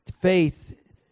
Faith